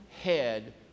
head